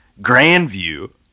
Grandview